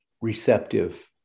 receptive